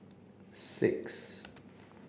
six